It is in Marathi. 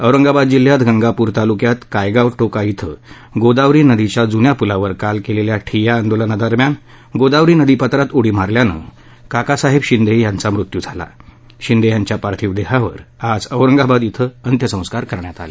औरंगाबाद जिल्ह्यात गंगापूर तालुक्यात कायगाव टोका ििंगोदावरी नदीच्या जुन्या पुलावर काल केलेल्या ठिय्या आंदोलना दरम्यान गोदावरी नदीपात्रात उडी मारल्यानं काकासाहेब शिंदे यांचा मृत्यू झाला शिंदे यांच्या पार्थिव देहावर आज औरंगाबाद क्रि अंत्यसंस्कार करण्यात आले